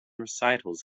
recitals